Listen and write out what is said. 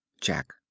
jack